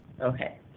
Okay